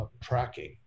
tracking